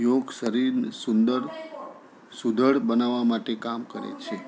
યોગ શરીરને સુંદર સુધડ બનાવવા માટે કામ કરે છે